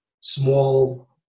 small